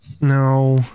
No